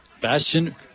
Bastion